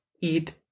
eat